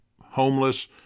homeless